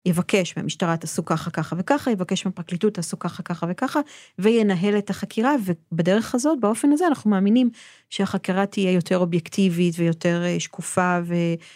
יבקש מהמשטרה תעשו ככה, ככה וככה, יבקש מהפרקליטות תעשו ככה, ככה וככה, וינהל את החקירה, ובדרך הזאת, באופן הזה אנחנו מאמינים, שהחקירה תהיה יותר אובייקטיבית ויותר שקופה ו...